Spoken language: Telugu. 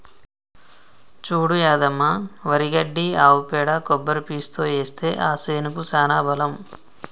చూడు యాదమ్మ వరి గడ్డి ఆవు పేడ కొబ్బరి పీసుతో ఏస్తే ఆ సేనుకి సానా బలం